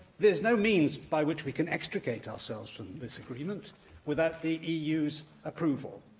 there's no means by which we can extricate ourselves from this agreement without the eu's approval.